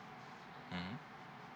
mm